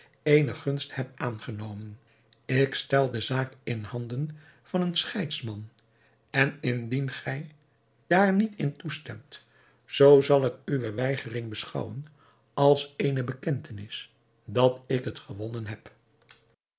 eene gunst heb aangenomen ik stel de zaak in handen van een scheidsman en indien gij daar niet in toestemt zoo zal ik uwe weigering beschouwen als eene bekentenis dat ik het gewonnen heb